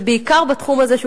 ובעיקר בתחום הזה,